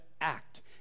act